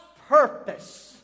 purpose